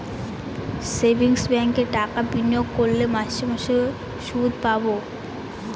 savings ব্যাঙ্কে টাকা বিনিয়োগ করলে মাসে মাসে শুদ পাবে